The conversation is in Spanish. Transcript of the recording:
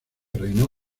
reinó